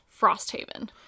Frosthaven